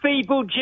feeble